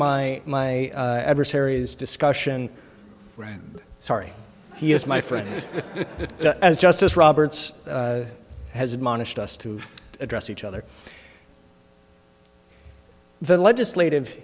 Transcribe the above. my my adversaries discussion right sorry he is my friend as justice roberts has admonished us to address each other the legislative